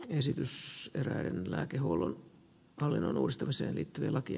esitys ylönen lääkehuollon hallinnon uudistamiseen liittyvä laki